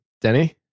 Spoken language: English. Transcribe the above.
Denny